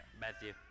Matthew